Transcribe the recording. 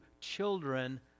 children